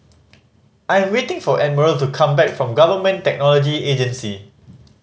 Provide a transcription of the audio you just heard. I am waiting for Admiral to come back from Government Technology Agency